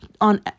on